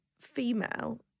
female